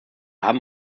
haben